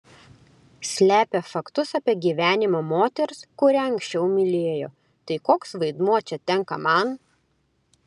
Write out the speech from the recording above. slepia faktus apie gyvenimą moters kurią anksčiau mylėjo tai koks vaidmuo čia tenka man